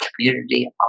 community